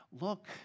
Look